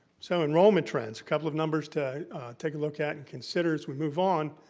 so, enrollment trends, a couple of numbers to take a look at and consider as we move on.